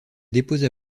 déposa